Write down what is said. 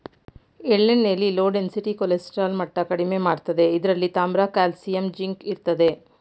ಎಳ್ಳೆಣ್ಣೆಲಿ low density cholesterol ಮಟ್ಟ ಕಡಿಮೆ ಮಾಡ್ತದೆ ಇದ್ರಲ್ಲಿ ತಾಮ್ರ ಕಾಲ್ಸಿಯಂ ಜಿಂಕ್ ಇರ್ತದೆ